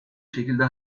şekilde